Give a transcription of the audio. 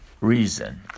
reason